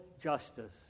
justice